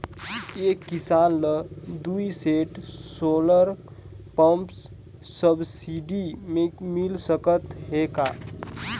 एक किसान ल दुई सेट सोलर पम्प सब्सिडी मे मिल सकत हे का?